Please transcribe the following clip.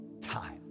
time